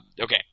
Okay